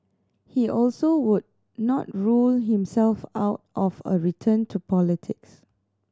he also would not rule himself out of a return to politics